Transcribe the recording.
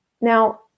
Now